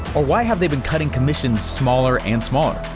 or why have they been cutting commissions smaller and smaller,